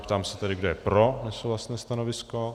Ptám se tedy, kdo je pro nesouhlasné stanovisko?